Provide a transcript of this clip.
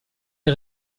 les